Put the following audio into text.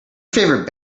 favorite